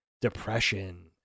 depression